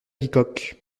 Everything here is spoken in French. bicoque